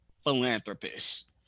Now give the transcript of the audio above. Philanthropist